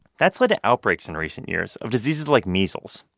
that's lead to outbreaks in recent years of diseases like measles.